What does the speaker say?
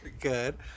Good